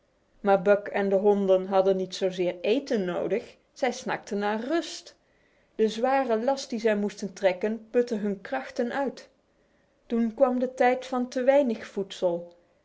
maar buck en de honden hadden niet zoveel eten nodig zij snakten naar rust de zware last die zij moesten trekken putte hun krachten uit oen kwam de tijd van te weinig voedsel